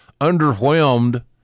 underwhelmed